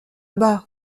bas